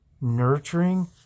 nurturing